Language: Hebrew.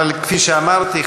אבל כפי שאמרתי,